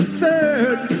third